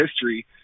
history